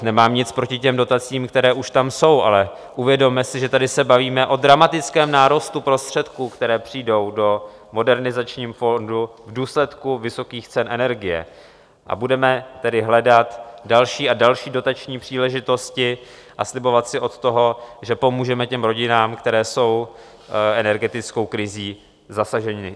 Nemám nic proti těm dotacím, které už tam jsou, ale uvědomme si, že se tady bavíme o dramatickém nárůstu prostředků, které přijdou do Modernizačního fondu v důsledku vysokých cen energie, a budeme tedy hledat další a další dotační příležitosti a slibovat si od toho, že pomůžeme těm rodinám, které jsou energetickou krizí zasaženy.